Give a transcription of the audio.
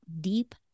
deep